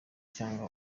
cyangwa